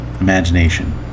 imagination